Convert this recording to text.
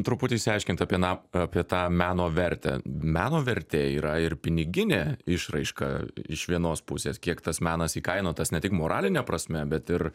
truputį išsiaiškint apie na apie tą meno vertę meno vertė yra ir piniginė išraiška iš vienos pusės kiek tas menas įkainotas ne tik moraline prasme bet ir